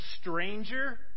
stranger